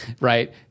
right